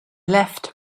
left